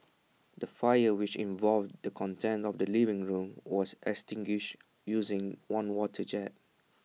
the fire which involved the contents of A living room was extinguished using one water jet